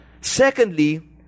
Secondly